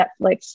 Netflix